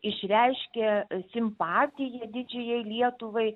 išreiškė simpatiją didžiajai lietuvai